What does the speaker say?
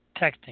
texting